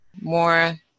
more